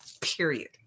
period